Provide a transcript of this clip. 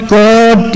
god